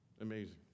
amazing